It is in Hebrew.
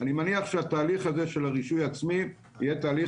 אני מניח שהתהליך של הרישוי העצמי יהיה תהליך